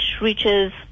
reaches